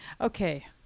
okay